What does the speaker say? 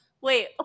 Wait